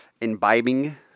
imbibing